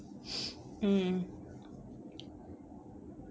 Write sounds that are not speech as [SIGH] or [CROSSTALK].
[NOISE] mm mm